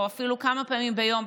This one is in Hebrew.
או אפילו כמה פעמים ביום,